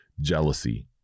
jealousy